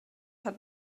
hat